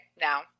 Now